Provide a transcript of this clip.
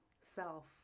self